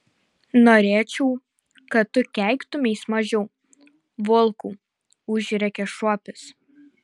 norėčiau kad tu keiktumeis mažiau volkau užrėkė šuopis